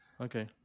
Okay